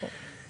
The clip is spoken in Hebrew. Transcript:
כן.